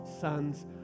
sons